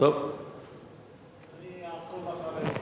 אני אעקוב אחרי זה.